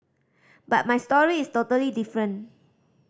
but my story is totally different